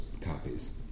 copies